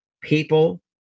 People